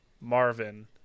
Marvin